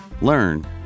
learn